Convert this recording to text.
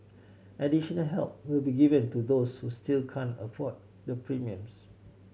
additional help will be given to those who still can't afford the premiums